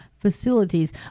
Facilities